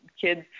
kids